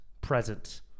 present